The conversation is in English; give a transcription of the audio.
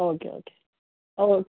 okay okay okay